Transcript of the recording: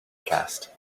cast